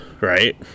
right